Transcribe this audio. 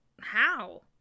how